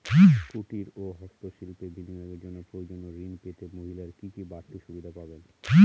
কুটীর ও হস্ত শিল্পে বিনিয়োগের জন্য প্রয়োজনীয় ঋণ পেতে মহিলারা কি বাড়তি সুবিধে পাবেন?